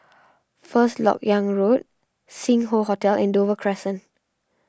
First Lok Yang Road Sing Hoe Hotel and Dover Crescent